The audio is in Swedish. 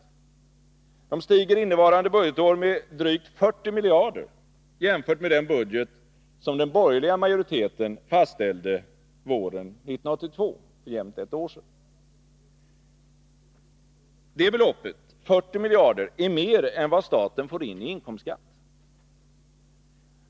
De stiger innevarande budgetår med drygt 40 miljarder jämfört med den budget som den borgerliga majoriteten fastställde våren 1982, dvs. för jämnt ett år sedan. Det beloppet är mer än vad staten får in i inkomstskatt.